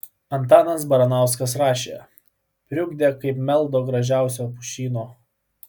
antanas baranauskas rašė priugdę kaip meldo gražiausio pušyno